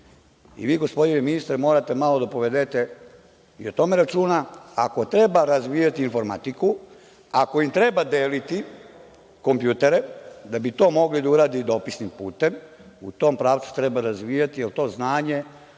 gospodine ministre, morate malo da povedete i o tome računa. Ako treba razvijati informatiku, ako im treba deliti kompjutera da bi to mogli da urade i dopisnim putem, u tom pravcu treba razvijati, jer to znanje